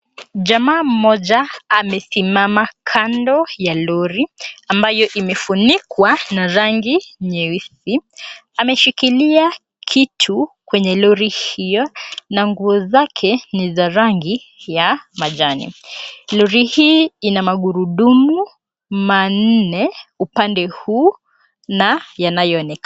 Jamaa mmoja amesimama kando ya lori ambayo imefunikwa na rangi nyeusi. Ameshikilia kitu kwenye lori hiyo na nguo zake ni rangi ya majani. Lori hii ina magurudumu manne upande huu yanayoonekana.